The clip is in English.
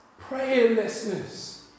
Prayerlessness